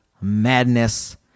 madness